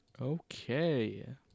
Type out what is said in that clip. Okay